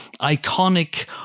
iconic